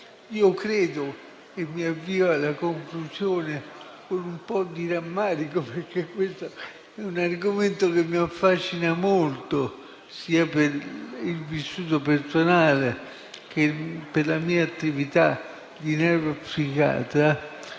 Avviandomi alla conclusione con un po' di rammarico, perché questo è un argomento che mi affascina molto, sia per il vissuto personale che per la mia attività di neuropsichiatra,